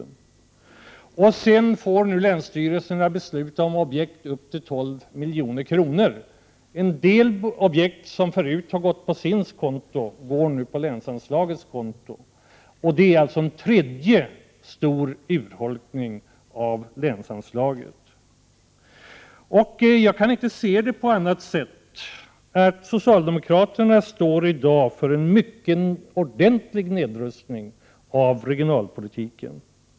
Länsstyrelserna får nu fatta beslut om objekt upp till 12 milj.kr. Objekt som tidigare har gått på SIND:s konto går nu på länsanslaget. Detta innebär alltså en tredje stor urholkning av länsanslaget. Jag kan inte se detta på något annat sätt än att socialdemokraterna i dag står för en stor nedrustning av regionalpolitiken.